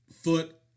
foot